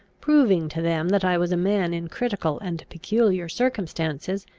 proving to them that i was a man in critical and peculiar circumstances,